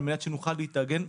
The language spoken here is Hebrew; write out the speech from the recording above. על מנת שנוכל להתארגן,